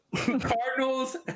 Cardinals